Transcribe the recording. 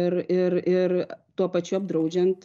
ir ir ir tuo pačiu apdraudžiant